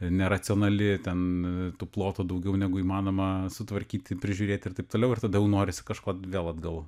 neracionali ten tų plotų daugiau negu įmanoma sutvarkyti prižiūrėti ir taip toliau ir tada jau norisi kažko vėl atgal